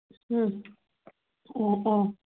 অঁ অঁ